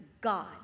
God